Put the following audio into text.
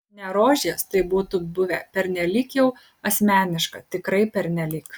ne rožės tai būtų buvę pernelyg jau asmeniška tikrai pernelyg